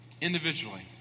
individually